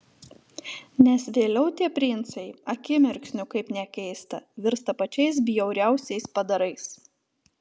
nes vėliau tie princai akimirksniu kaip nekeista virsta pačiais bjauriausiais padarais